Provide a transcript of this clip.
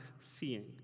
seeing